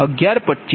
1125 p